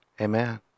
Amen